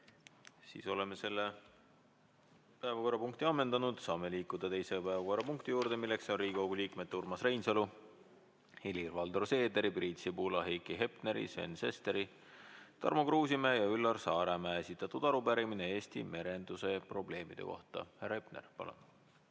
Siis oleme selle päevakorrapunkti ammendanud. Saame liikuda teise päevakorrapunkti juurde, milleks on Riigikogu liikmete Urmas Reinsalu, Helir-Valdor Seederi, Priit Sibula, Heiki Hepneri, Sven Sesteri, Tarmo Kruusimäe ja Üllar Saaremäe esitatud arupärimine Eesti merenduse probleemide kohta. Härra Hepner, palun!